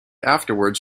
afterwards